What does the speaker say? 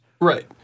Right